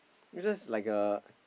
it's just like a